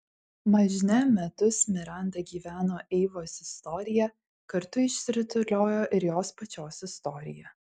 mažne metus miranda gyveno eivos istorija kartu išsirutuliojo ir jos pačios istorija